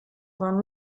waren